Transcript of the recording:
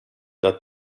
that